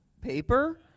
Paper